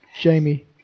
Jamie